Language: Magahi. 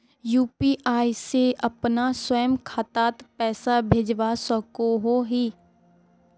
यु.पी.आई से अपना स्वयं खातात पैसा भेजवा सकोहो ही?